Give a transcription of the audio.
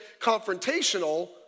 confrontational